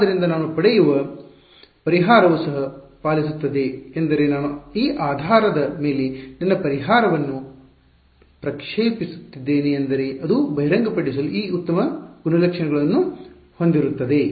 ಆದ್ದರಿಂದ ನಾನು ಪಡೆಯುವ ಪರಿಹಾರವು ಸಹ ಪಾಲಿಸುತ್ತದೆ ಎಂದರೆ ನಾನು ಈ ಆಧಾರದ ಮೇಲೆ ನನ್ನ ಪರಿಹಾರವನ್ನು ಪ್ರಕ್ಷೇಪಿಸುತ್ತಿದ್ದೇನೆ ಎಂದರೆ ಅದು ಬಹಿರಂಗಪಡಿಸಲು ಈ ಉತ್ತಮ ಗುಣಲಕ್ಷಣಗಳನ್ನು ಹೊಂದಿರುತ್ತದೆ